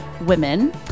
women